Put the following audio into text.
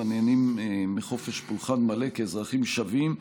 הנהנים מחופש פולחן מלא כאזרחים שווים,